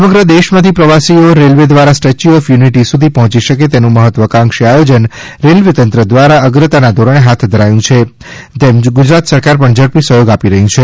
સમગ્ર દેશ માથી પ્રવાસીઓ રેલ્વે દ્વારા સ્ટેચ્યુ ઓફ યુનિટી સુધી પહોચી શકે તેવું મહત્વાકાંક્ષી આયોજન રેલ્વે તંત્ર દ્વારા અગ્રતા ના ધોરણે હાથ ધરાયું છે જેમ ગુજરાત સરકાર પણ ઝડપી સહયોગ આપી રહી છે